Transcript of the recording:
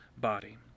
body